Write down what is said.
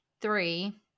three